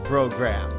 Program